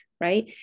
right